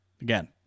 Again